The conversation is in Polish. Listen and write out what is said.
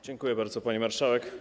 Dziękuję bardzo, pani marszałek.